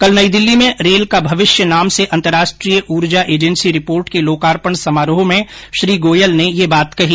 कल नई दिल्ली में रेल का भविष्य नाम से अंतर्राष्ट्रीय ऊर्जा एजेंसी रिपोर्ट के लोकार्पण समारोह में श्री गोयल ने यह बात कही